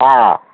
ହଁ